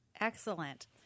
Excellent